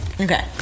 okay